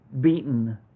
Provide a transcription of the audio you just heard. beaten